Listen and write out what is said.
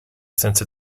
since